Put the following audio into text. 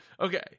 okay